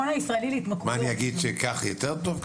מה אני אגיד שכך יותר טוב,